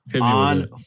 on